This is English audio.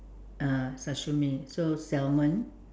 ah sashimi so salmon